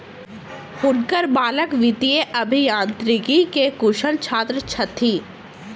हुनकर बालक वित्तीय अभियांत्रिकी के कुशल छात्र छथि